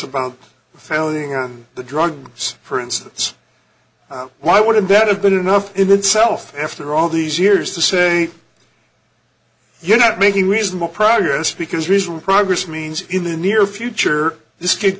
about the filing of the drugs for instance why wouldn't that have been enough in itself after all these years to say you're not making reasonable progress because recent progress means in the near future this kid